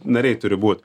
nariai turi būt